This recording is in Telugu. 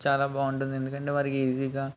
చాలా బాగుంటుంది ఎందుకంటే వారికి ఈజీగా